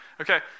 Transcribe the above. Okay